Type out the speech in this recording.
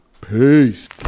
Peace